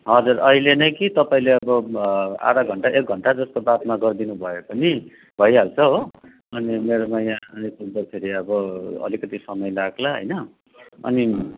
हजुर अहिले नै कि तपाईँले अब आधा घन्टा एक घन्टा जस्तो बादमा गरिदिनु भए पनि भइहाल्छ हो अनि मेरोमा यहाँ आइपुग्दाखेरि अब अलिकति समय लाग्ला होइन अनि